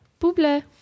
Buble